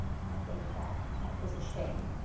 and i think that that was a shame.